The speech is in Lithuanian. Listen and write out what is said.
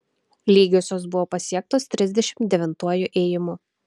lygiosios buvo pasiektos trisdešimt devintuoju ėjimu